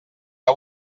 que